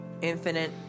Infinite